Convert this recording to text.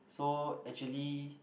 so actually